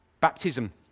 Baptism